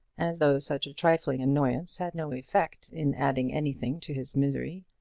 as though such a trifling annoyance had no effect in adding anything to his misery.